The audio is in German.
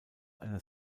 einer